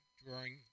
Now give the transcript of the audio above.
drawing